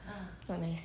not nice